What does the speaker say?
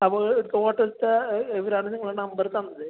അപ്പോൾ ഹോട്ടലിലത്തെ ഇവർ ആണ് നിങ്ങളെ നമ്പറ് തന്നത്